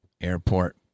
airport